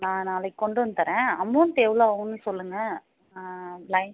நான் நாளைக்கு கொண்டு வந்து தரேன் அமௌன்ட் எவ்வளோ ஆகும்ன்னு சொல்லுங்கள் லைன்